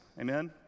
Amen